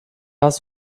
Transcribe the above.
hast